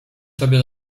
tobie